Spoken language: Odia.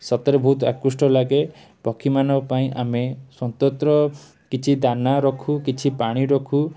ସତରେ ବହୁତ ଆକୃଷ୍ଟ ଲାଗେ ପକ୍ଷୀମାନଙ୍କ ପାଇଁ ଆମେ ସ୍ୱତନ୍ତ୍ର କିଛି ଦାନା ରଖୁ କିଛି ପାଣି ରଖୁ